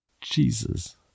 Jesus